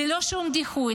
ללא שום דיחוי,